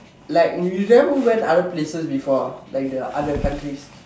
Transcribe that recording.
like you never went other places before ah like the other countries